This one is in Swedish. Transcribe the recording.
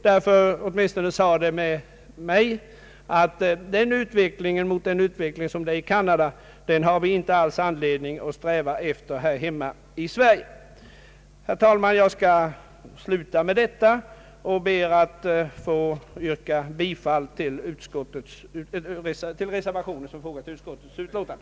Dessa förhållanden sade åtminstone mig att utvecklingen i Canada inte är någonting att sträva efter i Sverige. Herr talman! Jag vill sluta med detta och ber att få yrka bifall till reservationen, som är fogad till utskottets utlåtande.